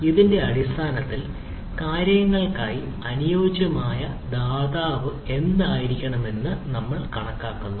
ഇതിന്റെ അടിസ്ഥാനത്തിൽ കാര്യങ്ങൾക്കായി അനുയോജ്യമായ ദാതാവ് എന്തായിരിക്കണമെന്ന് നമ്മൾ കണക്കാക്കുന്നു